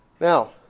Now